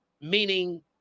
meaning